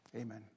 amen